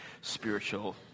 spiritual